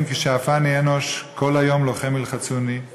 כי שאפני אנוש כל היום לחם ילחצני";